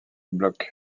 bloc